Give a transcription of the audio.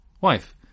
wife